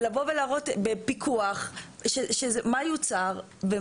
ולבוא ולהראות בפיקוח מה יוצר.